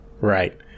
Right